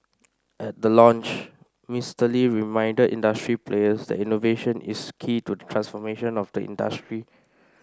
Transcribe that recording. at the launch Mister Lee reminded industry players that innovation is key to the transformation of the industry